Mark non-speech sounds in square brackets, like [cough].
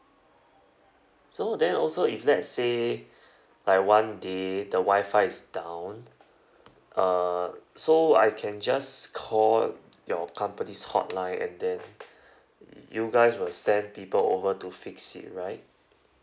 so then also if let's say [breath] like one day the wi-fi is down err so I can just call your company's hotline and then [breath] you guys will send people over to fix it right